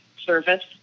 service